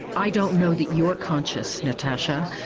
i don't know that you're conscious, natasha,